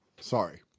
sorry